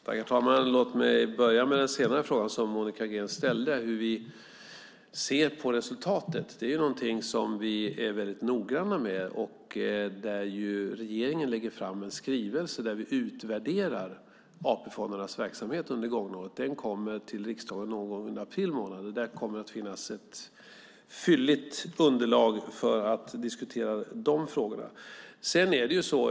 Herr talman! Låt mig börja med den senare frågan från Monica Green om hur vi ser på resultatet. Vi är noggranna med detta. Regeringen lägger fram en skrivelse med en utvärdering av AP-fondernas verksamhet under det gångna året. Den kommer till riksdagen någon gång under april månad. Där kommer att finnas ett fylligt underlag för att diskutera de frågorna.